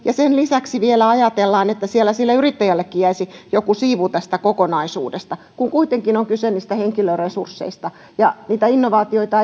ja sen lisäksi vielä ajatellaan että siellä sille yrittäjällekin jäisi joku siivu tästä kokonaisuudesta kun kuitenkin on kyse niistä henkilöresursseista eikä niitä innovaatioita